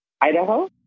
Idaho